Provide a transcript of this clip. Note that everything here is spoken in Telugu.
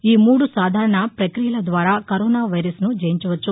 ఈ మూడు సాధారణ ప్రక్రియల ద్వారా కరోనా వైరస్ను జయించవచ్చు